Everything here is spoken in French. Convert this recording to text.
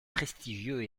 prestigieux